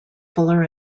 fuller